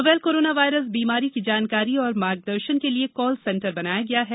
novel corona virus बीमारी की जानकारी और मार्गदर्शन के लिये कॉल सेन्टर बनाया गया है